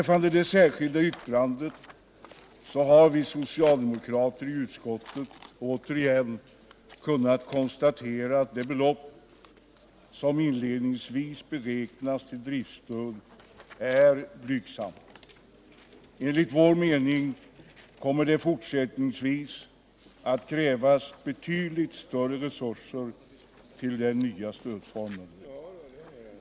I det särskilda yttrandet har vi socialdemokrater i utskottet återigen kunnat konstatera att det belopp som inledningsvis beräknats till driftstöd är mycket blygsamt. Enligt vår mening kommer det fortsättningsvis att krävas betydligt större resurser till den nya stödformen.